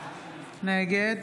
נגד